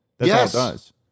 yes